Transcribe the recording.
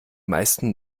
meisten